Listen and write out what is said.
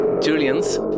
Julian's